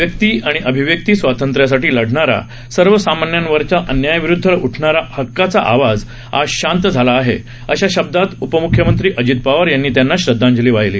व्यक्ती आणि अभिव्यक्ती स्वातंत्र्यासाठी लढणारा सर्वसामान्यांवरच्या अन्यायाविरुदध उठणारा हक्काचा आवाज आज शांत झाला आहे अशा शब्दात उपमूख्यमंत्री अजित पवार यांनी त्यांना श्रदधांजली वाहिली